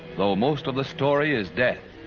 though most of the story is death.